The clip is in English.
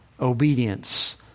obedience